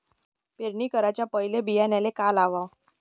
पेरणी कराच्या पयले बियान्याले का लावाव?